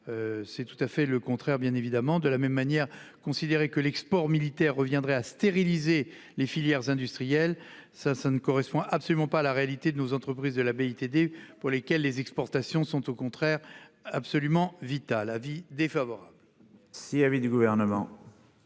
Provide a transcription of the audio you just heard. C'est tout à fait le contraire, bien évidemment. De la même manière, considérer que l'export militaire reviendrait à stériliser les filières industrielles ne correspond absolument pas à la réalité de nos entreprises de la BITD, pour lesquelles les exportations sont au contraire absolument vitales. Quel est l'avis